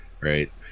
right